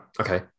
Okay